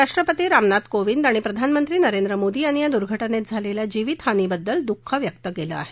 राष्ट्रपती रामनाथ कोविंद आणि प्रधानमंत्री नरेंद्र मोदी यांनी या दुर्घटनेत झालेल्या जीवितहानीबद्दल दुःख व्यक्त केलं आहे